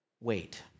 wait